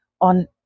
on